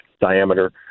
diameter